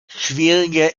schwieriger